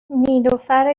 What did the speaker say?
نیلوفر